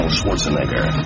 Schwarzenegger